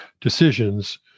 decisions